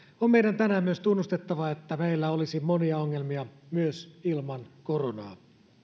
on meidän tänään myös tunnustettava että meillä olisi monia ongelmia myös ilman koronaa